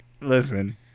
Listen